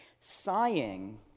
Sighing